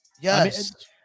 Yes